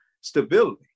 stability